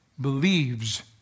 believes